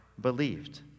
believed